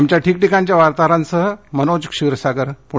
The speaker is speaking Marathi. आमच्या ठिकठिकाणच्या वार्ताहरांसह मनोज क्षीरसागर पुणे